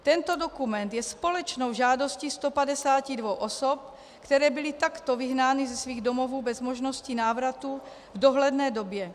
Tento dokument je společnou žádostí 152 osob, které byly takto vyhnány ze svých domovů bez možnosti návratu v dohledné době.